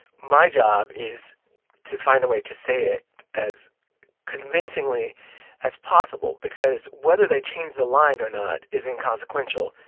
my job is to find a way to say it as convincingly as possible because whether they change the line or not is inconsequential.